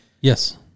yes